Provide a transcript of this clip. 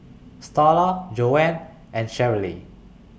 Starla Joanne and Cherrelle